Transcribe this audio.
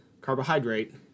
carbohydrate